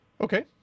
Okay